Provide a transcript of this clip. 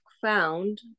found